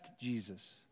Jesus